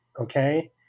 okay